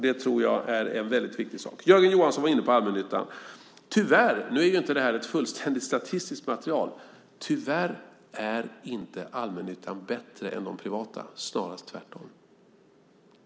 Det tror jag är en väldigt viktig sak. Jörgen Johansson var inne på allmännyttan. Nu är ju inte det här ett fullständigt statistiskt material, men tyvärr är inte allmännyttan bättre än de privata, snarast tvärtom.